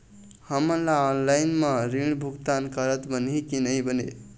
हमन ला ऑनलाइन म ऋण भुगतान करत बनही की नई बने?